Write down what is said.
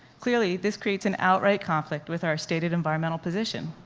clearly, this creates an outright conflict with our stated environmental position.